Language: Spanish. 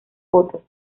fotos